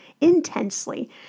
intensely